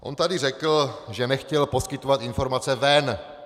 On tady řekl, že nechtěl poskytovat informace ven!